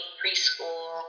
preschool